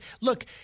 look